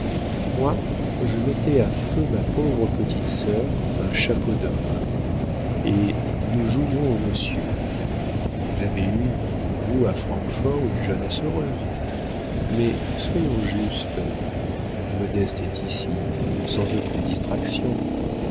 moi je mettais à feu ma pauvre petite sœur un chapeau d'homme et nous jouions au monsieur vous avez eu vous à francfort une jeunesse heureuse mais soyons justes modeste est ici sans aucune distraction